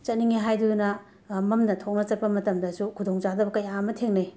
ꯆꯠꯅꯤꯡꯉꯦ ꯍꯥꯏꯗꯨꯅ ꯃꯝꯅ ꯊꯣꯛꯅ ꯆꯠꯄ ꯃꯇꯝꯗꯁꯨ ꯈꯨꯗꯣꯡꯆꯥꯗꯕ ꯀꯌꯥ ꯑꯃ ꯊꯦꯡꯅꯩ